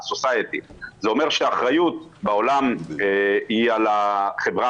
זה אומר שהאחריות בעולם היא על החברה